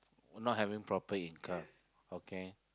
not having proper income okay